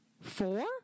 four